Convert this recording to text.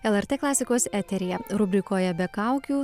lrt klasikos eteryje rubrikoje be kaukių